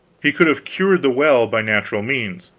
he could have cured the well by natural means,